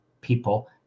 people